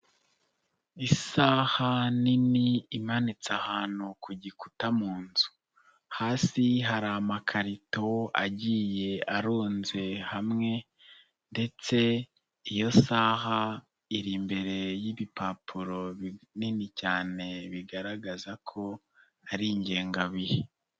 Isaha nini imanitse ahantu ku gikuta mu nzu, hasi hari amakarito agiye arunze hamwe ndetse iyo saha iri imbere y'ibipapuro binini cyane bigaragaza ko ari ingengabihe.